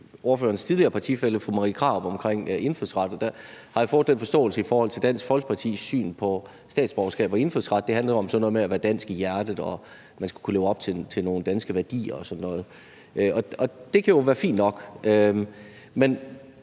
ordførerens tidligere partifælle fru Marie Krarup om indfødsret, og der har jeg fået den forståelse af Dansk Folkepartis syn på statsborgerskab og indfødsret, at der er tale om sådan noget som at være dansk af hjertet, at man skal leve op til nogle danske værdier og sådan noget, og det kan jo være fint nok.